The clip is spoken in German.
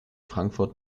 frankfurt